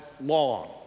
long